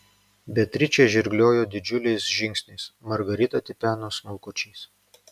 beatričė žirgliojo didžiuliais žingsniais margarita tipeno smulkučiais